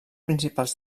principals